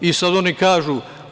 I sada oni kažu.